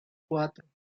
cuatro